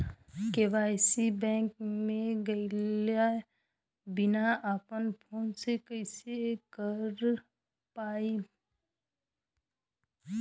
KYC bank मे गएले बिना अपना फोन से कइसे कर पाएम?